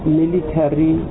military